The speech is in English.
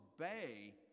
obey